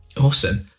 awesome